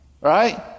right